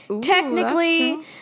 technically